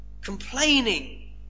complaining